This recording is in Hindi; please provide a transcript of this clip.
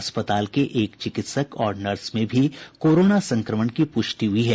अस्पताल के एक चिकित्सक और नर्स में भी कोरोना संक्रमण की पुष्टि हुई है